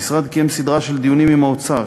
המשרד קיים סדרה של דיונים עם האוצר,